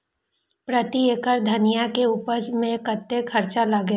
प्रति एकड़ धनिया के उपज में कतेक खर्चा लगते?